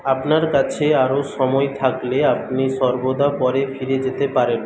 আপনার কাছে আরও সময় থাকলে আপনি সর্বদা পরে ফিরে যেতে পারেন